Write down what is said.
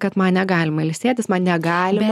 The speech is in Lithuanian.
kad man negalima ilsėtis man negalima